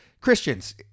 Christians